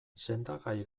sendagai